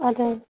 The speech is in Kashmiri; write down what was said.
اَدٕ حظ